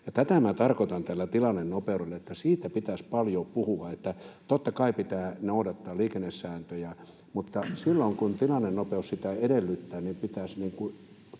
minä tarkoitan tällä tilannenopeudella, että siitä pitäisi paljon puhua. Totta kai pitää noudattaa liikennesääntöjä, mutta silloin, kun tilannenopeus sitä edellyttää, pitäisi